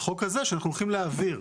החוק הזה שאנחנו הולכים להעביר.